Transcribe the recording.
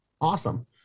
Awesome